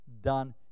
done